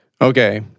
Okay